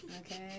Okay